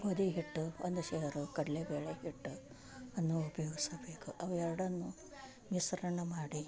ಗೋದಿ ಹಿಟ್ಟು ಒಂದು ಸೇರು ಕಡಲೆ ಬೇಳೆ ಹಿಟ್ಟು ಅನ್ನು ಉಪಯೋಗಿಸಬೇಕು ಅವೆರಡನ್ನು ಮಿಶ್ರಣ ಮಾಡಿ